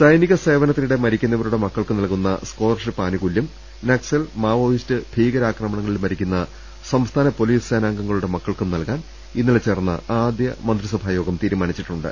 സൈനിക സേവനത്തിനിടെ മരിക്കുന്നവരുടെ മക്കൾക്ക് നൽകുന്ന സ്കോളർഷിപ്പ് ആനുകൂല്യം നക്സൽ മാവോ യിസ്റ്റ് ഭീകരാക്രമണങ്ങളിൽ മരിക്കുന്ന സംസ്ഥാന പൊലീസ് സേനാംഗങ്ങളുടെ മക്കൾക്കും നൽകാൻ ഇന്നലെ ചേർന്ന ആദ്യ മന്ത്രിസഭായോഗം തീരുമാനിച്ചിട്ടുണ്ട്